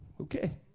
okay